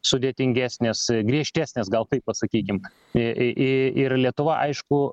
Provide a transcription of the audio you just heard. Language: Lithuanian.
sudėtingesnės griežtesnės gal taip pasakykim i i ir lietuva aišku